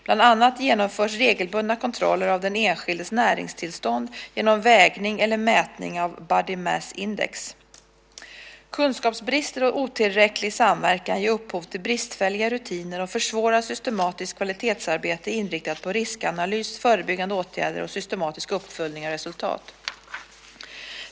Bland annat genomförs regelbundna kontroller av den enskildes näringstillstånd genom vägning eller mätning av body mass index . Kunskapsbrister och otillräcklig samverkan ger upphov till bristfälliga rutiner och försvårar systematiskt kvalitetsarbete inriktat på riskanalys, förebyggande åtgärder och systematisk uppföljning av resultat.